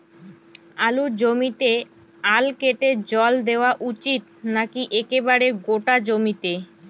আলুর জমিতে আল কেটে জল দেওয়া উচিৎ নাকি একেবারে গোটা জমিতে?